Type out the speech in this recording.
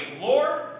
Lord